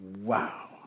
Wow